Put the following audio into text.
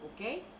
Okay